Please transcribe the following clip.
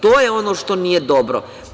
To je ono što nije dobro.